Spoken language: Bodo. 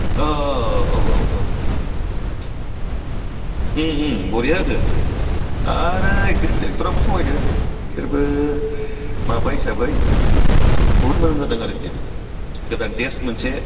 औ औ औ औ औ बरिआ जादों आरो एक्ट्रिस एक्ट'राबो समायदों इसोरबो माबबाय हिसाबै बुहुथ मोजां जादों आरखि गोदान थेस्ट मोनसे